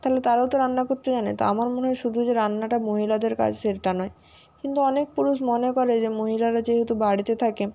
তাহলে তারাও তো রান্না করতে জানে তো আমার মনে হয় শুধু যে রান্নাটা মহিলাদের কাজ সেটা নয় কিন্তু অনেক পুরুষ মনে করে যে মহিলারা যেহেতু বাড়িতে থাকে